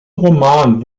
roman